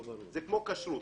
זה כמו כשרות.